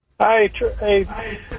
hi